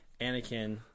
Anakin